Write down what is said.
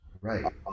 Right